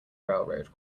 railroad